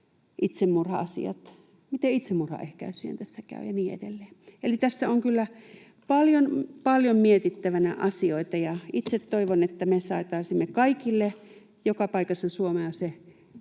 itsemurha-asiat? Miten itsemurhaehkäisyjen tässä käy ja niin edelleen? Eli tässä on kyllä paljon, paljon mietittävänä asioita. Itse toivon, että me saataisiin joka paikassa Suomessa se